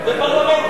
זה פרלמנט פה.